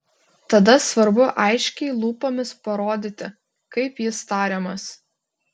tada svarbu aiškiai lūpomis parodyti kaip jis tariamas